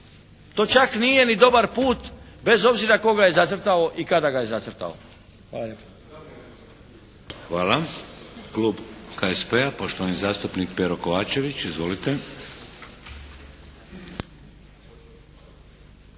To čak nije ni dobar put, bez obzira tko ga je zacrtao i kada ga je zacrtao. Hvala lijepa. **Šeks, Vladimir (HDZ)** Hvala. Klub HSP-a, poštovani zastupnik Pero Kovačević. Izvolite.